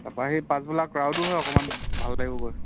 তাপা সেই পাছবেলা ক্ৰাউডো হয় অকণমান ভাল লাগিব